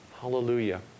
Hallelujah